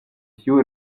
tiu